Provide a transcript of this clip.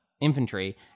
infantry